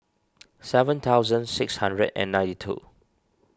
seven thousand six hundred and ninety two